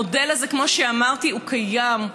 המודל הזה, כמו שאמרתי, קיים.